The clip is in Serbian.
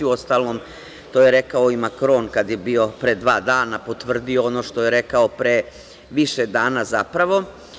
Uostalom, to je rekao i Makron, potvrdio pre dva dana, ono što je rekao pre više dana zapravo.